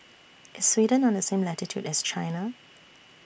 IS Sweden on The same latitude as China